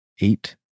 eight